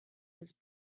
his